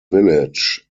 village